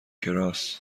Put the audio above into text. کراس